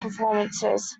performances